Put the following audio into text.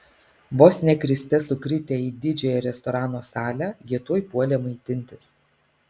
vos ne kriste sukritę į didžiąją restorano salę jie tuoj puolė maitintis